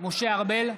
משה ארבל,